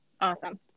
Awesome